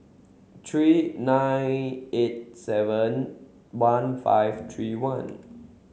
three nine eight seven one five three one